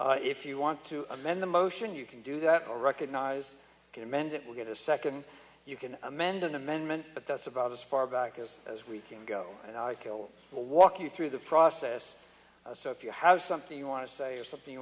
number if you want to amend the motion you can do that or recognize can amend it will get a second you can amend an amendment but that's about as far back as as we can go and i kill will walk you through the process so if you have something you want to say or something you